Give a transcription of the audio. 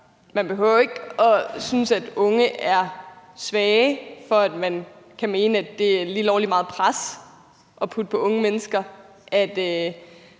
Man behøver jo ikke at synes, at de unge er svage, for at man kan mene, at det er lige lovlig meget af et pres at putte på de unge mennesker,